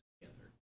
together